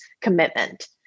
commitment